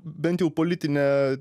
bent jau politinę